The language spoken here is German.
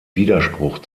widerspruch